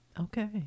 okay